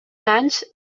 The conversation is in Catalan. anys